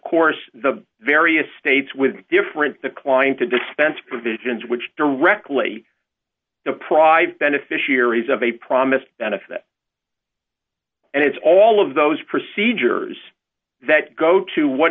course the various states with different decline to dispense provisions which directly deprive beneficiaries of a promised benefit and it's all of those procedures that go to what